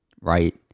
right